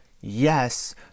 yes